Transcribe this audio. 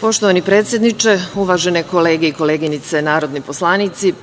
Poštovani predsedniče, uvažene kolege i koleginice, narodni poslanici,